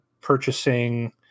purchasing